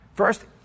First